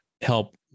help